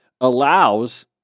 allows